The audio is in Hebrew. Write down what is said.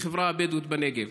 החברה הבדואית בנגב.